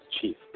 Chief